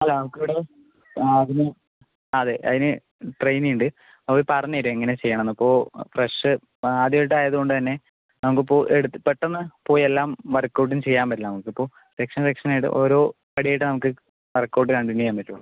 അല്ല നമുക്കിവിടെ ആ അതിന് അതെ അതിന് ട്രെയിനി ഉണ്ട് അവർ പറഞ്ഞുതരും എങ്ങനെ ചെയ്യണമെന്ന് ഇപ്പോൾ ഫ്രഷ് ആദ്യം ആയിട്ട് ആയതുകൊണ്ട് തന്നെ നമുക്കിപ്പോൾ എടുത്ത് പെട്ടെന്ന് പോയി എല്ലാം വർക്ക് ഔട്ടും ചെയ്യാൻ പറ്റില്ല നമുക്ക് ഇപ്പോൾ സെക്ഷൻ സെക്ഷൻ ആയിട്ട് ഓരോ പടി ആയിട്ടാണ് നമ്മൾക്ക് വർക്ക് ഔട്ട് കണ്ടിന്യൂ ചെയ്യാൻ പറ്റൂള്ളൂ